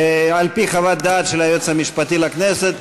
על-פי חוות דעת של היועץ המשפטי לכנסת,